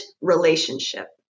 relationship